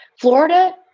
Florida